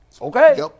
Okay